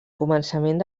començament